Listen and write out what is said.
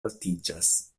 altiĝas